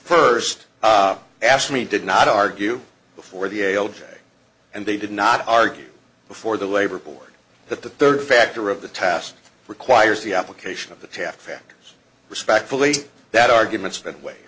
first asked me did not argue before the ail day and they did not argue before the labor board that the third factor of the task requires the application of the test factors respectfully that argument spent way